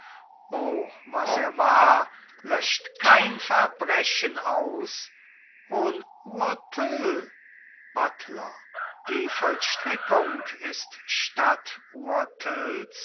o was er war löscht kein verbrechen aus ohn urtel buttler die vollstreckung ist statt